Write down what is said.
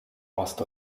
ost